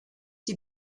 die